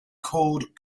called